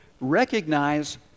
recognize